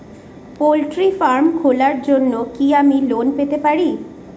Poultry farm খোলার জন্য কি আমি লোন পেতে পারি?